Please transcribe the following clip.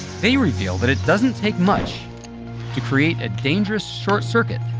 they reveal that it doesn't take much to create a dangerous short-circuit